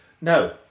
No